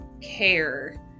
care